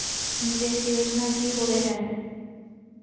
निवेस योजना की होवे है?